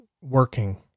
working